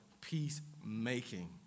peacemaking